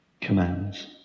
commands